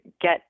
get